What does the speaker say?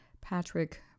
Patrick